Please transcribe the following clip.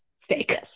Fake